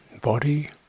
Body